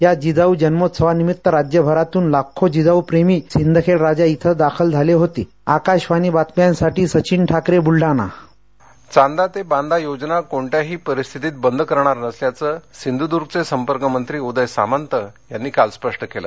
या जिजाऊ जन्मोत्सवानिमित्त राज्यभरातून लाखो जिजाऊ प्रेमी सिंदखेडराजा इथ दाखल झाले होत सिंधर्ल्य चांदा ते बांदा योजना कोणत्याही परिस्थितीत बंद करणार नसल्याचं सिंधुद्राचे संपर्कमंत्री उदय सामंत यांनी काल स्पष्ट केलं